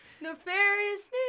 Nefarious